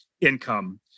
income